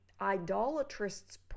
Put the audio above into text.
idolatrist's